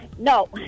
No